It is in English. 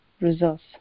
results